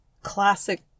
classic